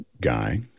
Guy